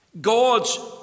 God's